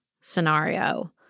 scenario